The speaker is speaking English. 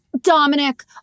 Dominic